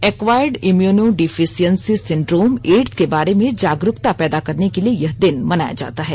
acquired immuno deficiency syndrome AIDS के बारे में जागरुकता पैदा करने के लिए यह दिन मनाया जाता है